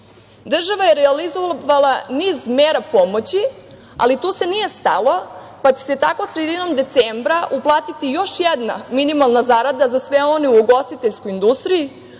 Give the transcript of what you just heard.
je realizovala niz mera pomoći, ali tu se nije stalo, pa će se tako sredinom decembra uplatiti još jedna minimalna zarada za sve one u ugostiteljskoj industriji,